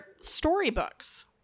storybooks